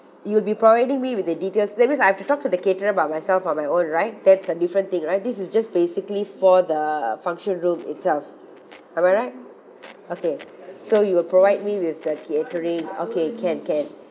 you'll be providing me with the details that means I have to talk to the caterer by myself on my own right that's a different thing right this is just basically for the function room itself am I right okay so you will provide me with the catering okay can can